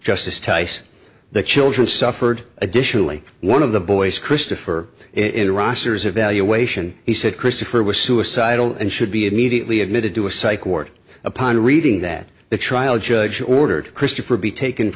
justice tice the children suffered additionally one of the boys christopher in rosters evaluation he said christopher was suicidal and should be immediately admitted to a psych ward upon reading that the trial judge ordered christopher be taken